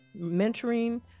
mentoring